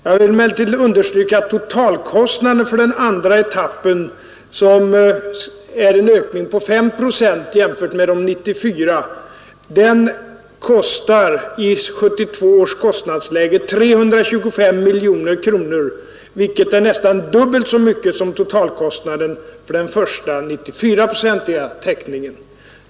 Jag vill emellertid understryka att totalkostnaden för den andra etappen, som innebär en ökning med 5 procent jämfört med de 94 procenten, kostar i 1972 års kostnadsläge 325 miljoner kronor, vilket är nästan dubbelt så mycket som totalkostnaden för den första, 94-procentiga täckningen.